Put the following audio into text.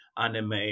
anime